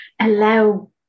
allow